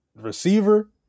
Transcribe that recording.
receiver